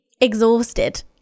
exhausted